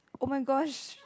oh my gosh